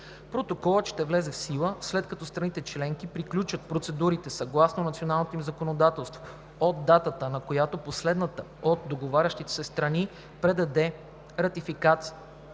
Протоколът ще влезе в сила, след като страните членки приключат процедурите съгласно националното си законодателство, от датата, на която последната от договарящите се страни предаде ратификационния